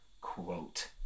quote